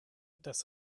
das